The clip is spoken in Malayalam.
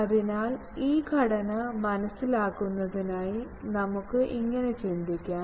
അതിനാൽ ഈ ഘടന മനസ്സിലാക്കുന്നതിനായി നമുക്ക് ഇങ്ങനെ ചിന്തിക്കാം